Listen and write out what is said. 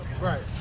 Right